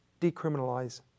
decriminalize